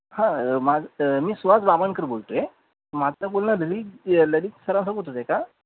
हां मा मी सुहास बामणकर बोलतो आहे माझं बोलणं ललित सरांसोबत होतं आहे का